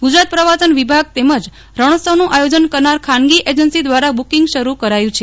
ગુજરાત પ્રવાસન વિભાગ તેમજ રણોત્સવનું આયોજન કરનાર ખાનગી એજન્સી દ્વારા બુકીંગ શરૂ કરાયું છે